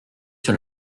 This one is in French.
sur